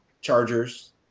Chargers